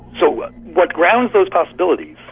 so what what grounds those possibilities,